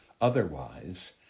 Otherwise